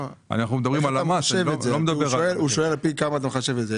הוא שואל על פי כמה אתה מחשב את זה.